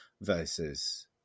versus